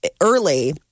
early